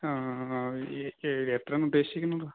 ആ ഈ എത്രയാണ് ഉദ്ദേശിക്കുന്നത്